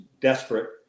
desperate